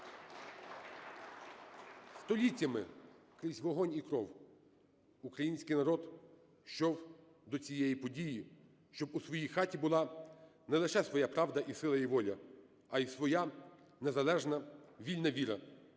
Століттями крізь вогонь і кров український народ йшов до цієї події, щоб у своїй хаті була не лише своя правда і сила, і воля, а і своя незалежна, вільна віра.